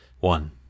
One